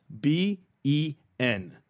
B-E-N